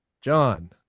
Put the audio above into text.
john